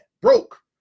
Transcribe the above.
broke